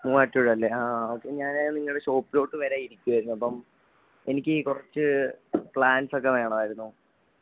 മുവാറ്റുപുഴ അല്ലെ ആ ഓക്കെ ഞാൻ നിങ്ങളുടെ ഷോപ്പിലോട്ട് വരാന് ഇരിക്കുവായിരുന്നു അപ്പം എനിക്ക് കുറച്ച് പ്ലാന്റ്സ് ഒക്കെ വേണമായിരുന്നു